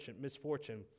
misfortune